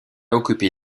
occupé